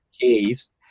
case